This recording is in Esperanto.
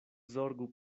zorgu